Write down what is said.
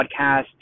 podcast